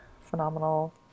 phenomenal